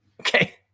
Okay